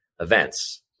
events